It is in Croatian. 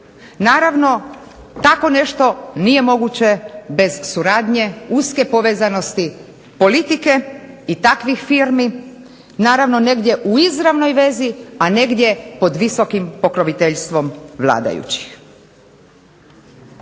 Naravno tako nešto nije moguće bez suradnje uske povezanosti politike i takvih firmi naravno negdje u izravnoj vezi, a negdje pod visokim pokroviteljstvom vladajućih.